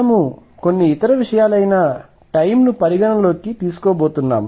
మనము కొన్ని ఇతర విషయాలైన టైమ్ ను పరిగణనలోకి తీసుకోబోతున్నాం